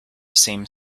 same